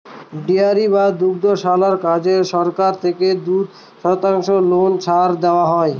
dairy বা দুগ্ধশালার কাজে সরকার থেকে দুই শতাংশ লোন ছাড় দেওয়া হয়